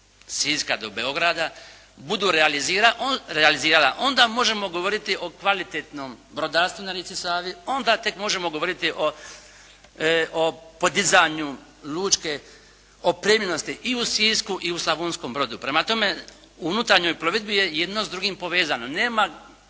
Siska do Beograda budu realizirala onda možemo govoriti o kvalitetnom brodarstvu na rijeci Savi, onda tek možemo govoriti o podizanju lučke, opremljenosti i u Sisku i u Slavonskom brodu. Prema tome, u unutarnjoj plovidbi je jedno s drugim povezano,